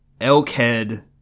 Elkhead